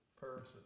person